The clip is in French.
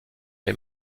les